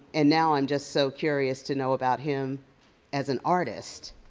and now i'm just so curious to know about him as an artist